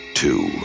two